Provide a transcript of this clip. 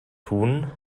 tun